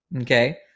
okay